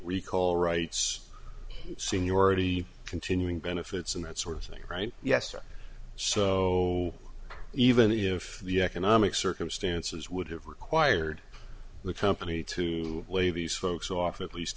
we call rights seniority continuing benefits and that sort of thing right yes or so even if the economic circumstances would have required the company to lay these folks off at least